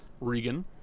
Regan